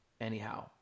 Anyhow